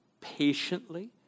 patiently